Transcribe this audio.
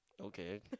Okay